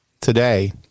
today